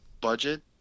budget